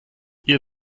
ihr